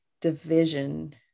division